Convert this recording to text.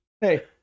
hey